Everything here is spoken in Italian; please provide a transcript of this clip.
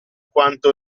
quanto